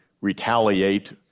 retaliate